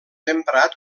emprat